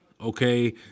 okay